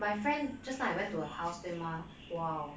my friend just now I went to her house 对吗 !wow!